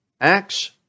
Acts